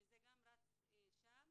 שזה גם רץ שם